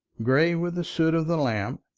gray with the soot of the lamp,